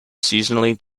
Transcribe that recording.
seasonally